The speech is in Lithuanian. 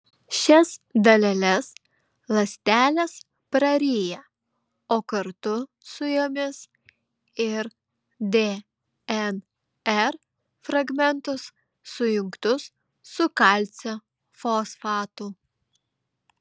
šias daleles ląstelės praryja o kartu su jomis ir dnr fragmentus sujungtus su kalcio fosfatu